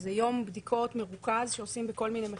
שזה יום בדיקות מרוכז שעושים בכל מיני מכונים.